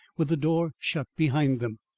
with the door shut behind them.